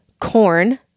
corn